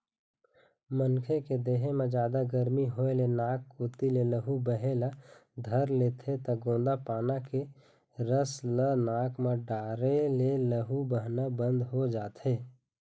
मनखे के देहे म जादा गरमी होए ले नाक कोती ले लहू बहे ल धर लेथे त गोंदा पाना के रस ल नाक म डारे ले लहू बहना बंद हो जाथे